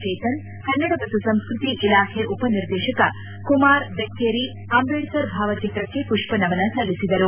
ಚೇತನ್ ಕನ್ನಡ ಮತ್ತು ಸಂಸ್ಕತಿ ಇಲಾಖೆ ಉಪನಿರ್ದೇಶಕ ಕುಮಾರ್ ಬೆಕ್ಕೇರಿ ಅಂಬೇಡ್ತರ್ ಭಾವ ಚಿತ್ರಕ್ಕೆ ಪುಪ್ಪ ನಮನ ಸಲ್ಲಿಸಿದರು